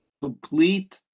complete